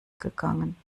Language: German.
gegangen